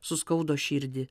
suskaudo širdį